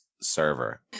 server